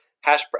hash